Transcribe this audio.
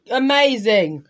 amazing